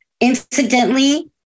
Incidentally